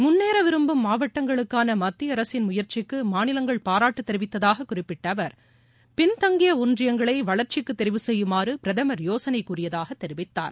முன்னேற விரும்பும் மாவட்டங்களுக்கான மத்திய அரசின் முயற்சிக்கு மாநிலங்கள் பாராட்டு தெரிவித்தாக குறிப்பிட்ட அவர் பின்தங்கிய ஒன்றியங்களை வளர்ச்சிக்கு தெரிவு சுசுய்யுமாறு பிரதமர் யோசனை கூறியதாக தெரிவித்தார்